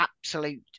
absolute